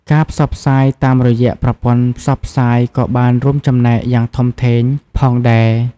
ការផ្សព្វផ្សាយតាមរយៈប្រព័ន្ធផ្សព្វផ្សាយក៏បានរួមចំណែកយ៉ាងធំធេងផងដែរ។